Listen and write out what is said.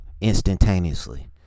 instantaneously